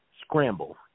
scramble